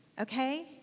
okay